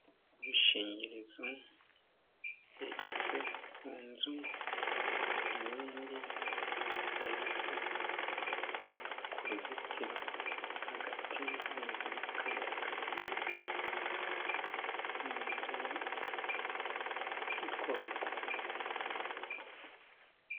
Ibishingirizo byegetse ku nzu n'ibindi byegetse ku ruzitiro, hagati hanyuzemo akayira kagiye muri urwo rugo.